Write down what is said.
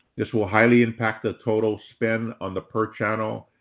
this will highly impact the total spend on the per channel,